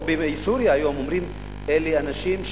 בסוריה היום אומרים: אלה אנשים,